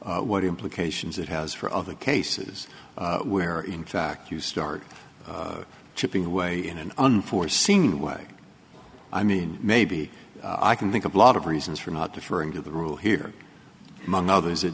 what implications that has for other cases where in fact you start chipping away in an unforeseen way i mean maybe i can think of a lot of reasons for not differing to the rule here among others it